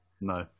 No